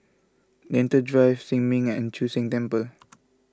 Lentor Drive Sin Ming and Chu Sheng Temple